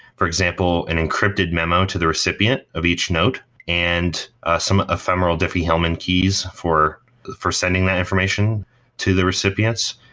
for example, an encrypted memo to the recipient of each note and some ephemeral diffie hellman keys for for sending that information to the recipients.